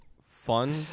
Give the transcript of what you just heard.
fun